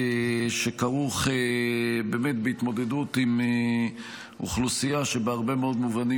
שכרוך בהתמודדות עם אוכלוסייה שבהרבה מאוד מובנים